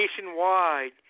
nationwide